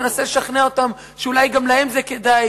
הוא מנסה לשכנע אותם שאולי גם להם זה כדאי,